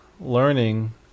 learning